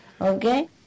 okay